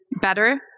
better